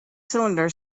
cylinder